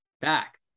back